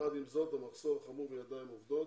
יחד עם זאת, המחסור החמור בידיים עובדות,